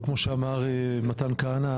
וכמו שאמר מתן כהנא,